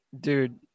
Dude